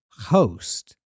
host